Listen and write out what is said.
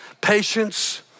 patience